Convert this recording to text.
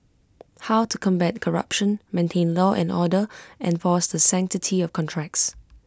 how to combat corruption maintain law and order enforce the sanctity of contracts